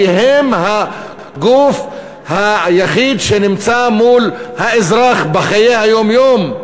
כי הן הגוף היחיד שנמצא מול האזרח בחיי היום-יום.